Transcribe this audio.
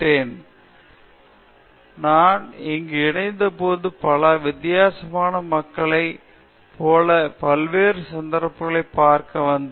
ராஜ்நாத் நான் இங்கு இணைந்தபோது பல வித்தியாசமான மக்களைப் போல பல்வேறு சந்தர்ப்பங்களைப் பார்க்க வந்தேன்